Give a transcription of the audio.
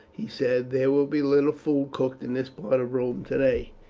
he said there will be little food cooked in this part of rome today.